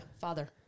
Father